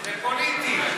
זה פוליטי.